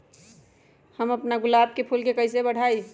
हम अपना गुलाब के फूल के कईसे बढ़ाई?